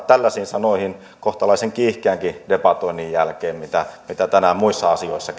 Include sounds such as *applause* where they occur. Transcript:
tällaisiin sanoihin kohtalaisen kiihkeänkin debatoinnin jälkeen mitä tänään muissa asioissa *unintelligible*